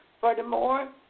furthermore